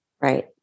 right